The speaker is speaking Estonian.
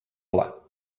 ole